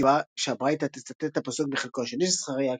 אין סיבה שהברייתא תצטט את הפסוק מחלקו השני של זכריה,